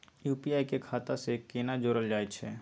UPI के खाता सं केना जोरल जाए छै?